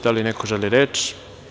Da li neko želi reč?